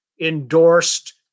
endorsed